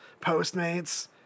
Postmates